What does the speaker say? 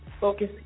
focus